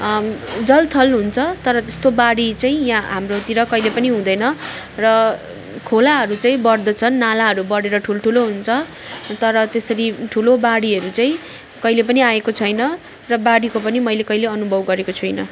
जल थल हुन्छ तर त्यस्तो बाढी चाहिँ यहाँ हाम्रोतिर कहिले पनि हुँदैन र खोलाहरू चाहिँ बढ्दछन् नालाहरू बढेर ठुल्ठुलो हुन्छ तर त्यसरी ठुलो बाढीहरू चाहिँ कहिले पनि आएको छैन र बाढीको पनि मैले कहिले अनुभव गरेको छुइनँ